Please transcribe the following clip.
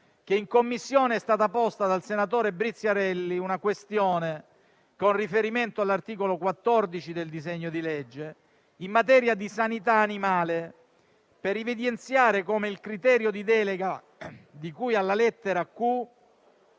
che in Commissione è stata posta dal senatore Briziarelli una questione con riferimento all'articolo 14 del disegno di legge in materia di sanità animale per evidenziare come il criterio di delega di cui alla lettera